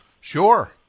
Sure